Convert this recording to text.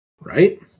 Right